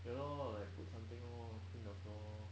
you know like put something lor clean the floor lor